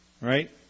right